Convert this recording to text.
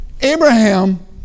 Abraham